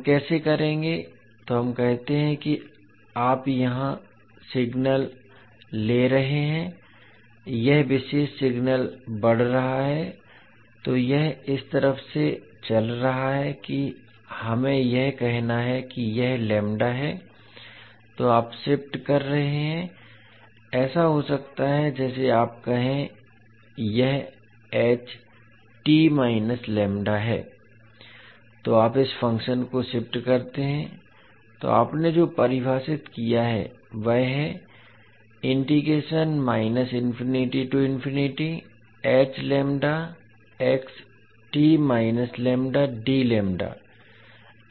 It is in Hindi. हम कैसे करेंगे तो हम कहते हैं कि आप यहां सिग्नल लगा रहे हैं यह विशेष सिग्नल बढ़ रहा है तो यह इस तरफ से चल रहा है कि हमें यह कहना है कि यह लैम्ब्डा है तो आप शिफ्ट कर रहे हैं ऐसा हो सकता है जैसे आप कहें यह है तो आप इस फ़ंक्शन को शिफ्ट करते हैं तो आपने जो परिभाषित किया है वह है